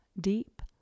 deep